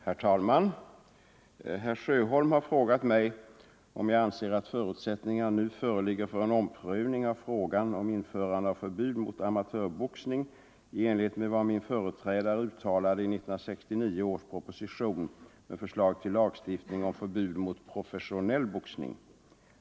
Herr talman! Herr Sjöholm har frågat mig om jag anser att förutsättningar nu föreligger för en omprövning av frågan om införande av förbud mot amatörboxning i enlighet med vad min företrädare uttalade i 1969 års proposition med förslag till lagstiftning om förbud mot professionell boxning.